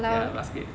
ya basket